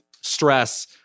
stress